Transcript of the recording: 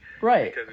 Right